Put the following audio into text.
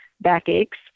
backaches